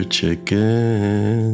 chicken